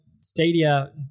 Stadia